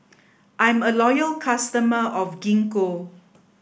I'm a loyal customer of Gingko